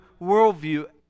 worldview